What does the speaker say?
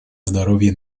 здоровья